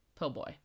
Pillboy